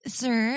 sir